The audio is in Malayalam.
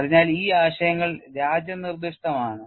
അതിനാൽ ഈ ആശയങ്ങൾ രാജ്യനിർദ്ദിഷ്ടം ആണ്